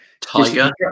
tiger